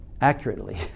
accurately